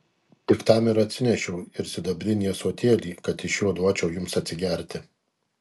tik tam atsinešiau ir sidabrinį ąsotėlį kad iš jo duočiau jums atsigerti